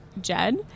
Jed